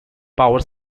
power